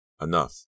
Enough